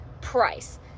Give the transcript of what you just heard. price